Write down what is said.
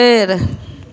पेड़